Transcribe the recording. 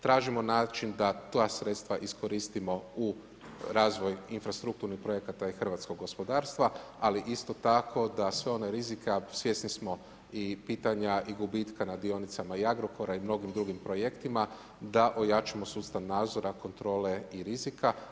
Tražimo način da ta sredstva iskoristimo u razvoj infrastrukturnih projekata i hrvatskog gospodarstva ali isto tako da sve rizike a svjesni smo i pitanja i gubitka na dionicama i Agrokora i mnogim dr. projektima da ojačamo sustav nadzora, kontrole i rizika.